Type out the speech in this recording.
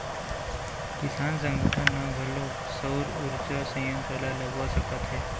किसान संगठन ह घलोक सउर उरजा संयत्र ल लगवा सकत हे